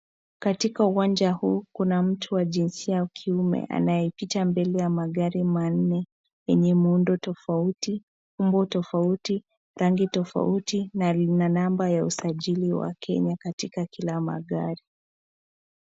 Katika uwanja huu kuna mtu wa jinsia ya kiume anayeita mbele ya magari manne yenye muundo tofauti, umbo tofauti, rangi tofauti na namba ya usajili wa Kenya katika kila magari.